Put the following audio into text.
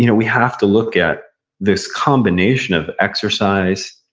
you know we have to look at this combination of exercise,